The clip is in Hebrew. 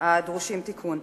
הדרושים תיקון.